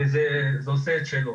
וזה עושה את שלו.